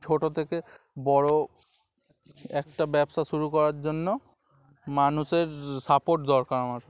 ছোট থেকে বড় একটা ব্যবসা শুরু করার জন্য মানুষের সাপোর্ট দরকার আমার